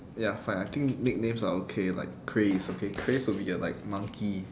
ya fine I think nicknames are okay like crey is okay crey's will be a like monkey